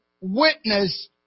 Witness